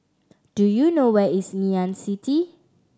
do you know where is Ngee Ann City